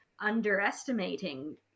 underestimating